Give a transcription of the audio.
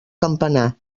campanar